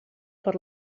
per